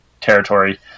territory